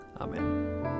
Amen